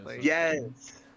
Yes